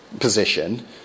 position